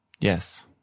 Yes